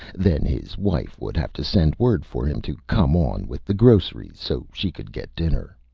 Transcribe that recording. then his wife would have to send word for him to come on with the groceries so she could get dinner.